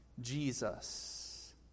Jesus